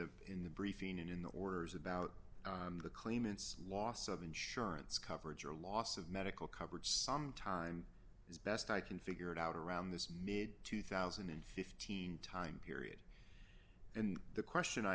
the in the briefing in the orders about the claimants loss of insurance coverage or loss of medical coverage some time as best i can figure it out around this mid two thousand and fifteen time period and the question